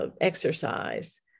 exercise